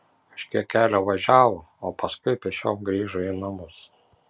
kažkiek kelio važiavo o paskui pėsčiom grįžo į namus